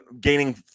gaining